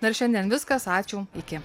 na ir šiandien viskas ačiū iki